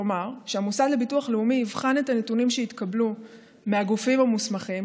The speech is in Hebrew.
כלומר שהמוסד לביטוח לאומי יבחן את הנתונים שהתקבלו מהגופים המוסמכים,